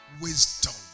wisdom